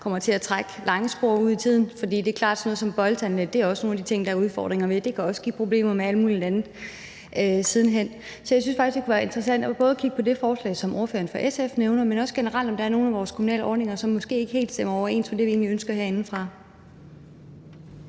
kommer til at trække spor langt ud i tiden. For det er klart, at sådan noget som bøjletandlæge også er en af de ting, der er udfordringer ved, og det kan også give problemer med alt muligt andet siden hen. Så jeg synes faktisk, det kunne være interessant både at kigge på det forslag, som ordføreren for SF nævner, men også generelt at kigge på, om der er nogle af vores kommunale ordninger, som måske ikke helt stemmer overens med det, vi egentlig ønsker herindefra.